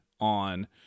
on